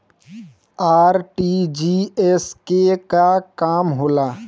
RTGS के का काम होला?